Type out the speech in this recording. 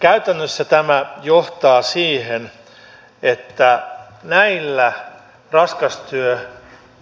käytännössä tämä johtaa siihen että meillä raskas työ